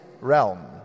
realm